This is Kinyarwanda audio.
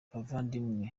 bavandimwe